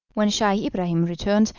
when scheih ibrahim returned,